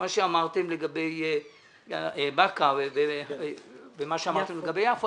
מה שאמרתם לגבי באקה ומה שאמרתם לגבי יפו,